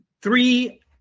Three